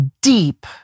deep